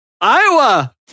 Iowa